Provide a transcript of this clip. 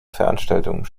veranstaltungen